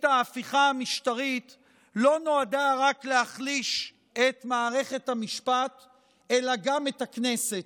ההפיכה המשטרית לא נועדה להחליש רק את מערכת המשפט אלא גם את הכנסת.